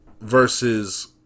versus